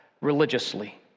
religiously